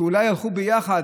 שאולי הלכו ביחד,